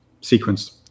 sequence